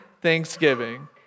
thanksgiving